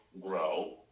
grow